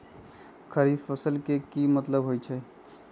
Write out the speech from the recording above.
खरीफ फसल के की मतलब होइ छइ?